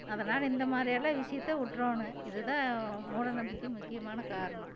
அதனால் இந்த மாதிரியெல்லாம் விஷயத்தை விட்றோனும் இது தான் மூடநம்பிக்கையின் முக்கியமான காரணம்